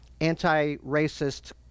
anti-racist